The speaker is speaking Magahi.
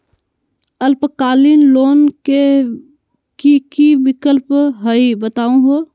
अल्पकालिक लोन के कि कि विक्लप हई बताहु हो?